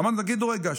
אמרתי להם: תגידו רגע,